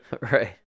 Right